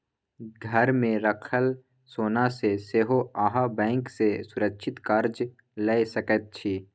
घरमे राखल सोनासँ सेहो अहाँ बैंक सँ सुरक्षित कर्जा लए सकैत छी